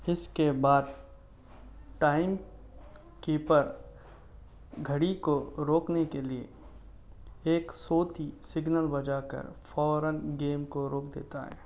اس کے بعد time keeper گھڑی کو روکنے کے لیے ایک صوتی سگنل بجا کر فوراً گیم کو روک دیتا ہے